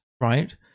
Right